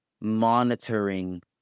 monitoring